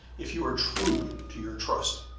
if you are true to your trust.